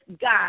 God